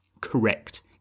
Correct